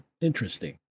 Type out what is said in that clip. interesting